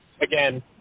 Again